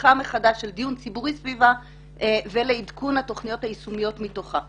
לפתיחה מחדש של דיון ציבורי סביבה ולעדכון התוכניות היישומיות מתוכה.